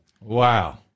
Wow